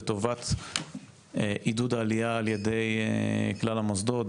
לטובת עידוד העלייה על ידי כלל המוסדות,